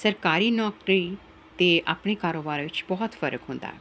ਸਰਕਾਰੀ ਨੌਕਰੀ ਅਤੇ ਆਪਣੇ ਕਾਰੋਬਾਰ ਵਿੱਚ ਬਹੁਤ ਫਰਕ ਹੁੰਦਾ